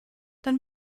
dann